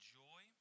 joy